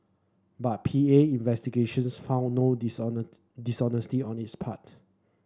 but P A investigations found no dishonesty on his part